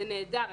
זה נהדר.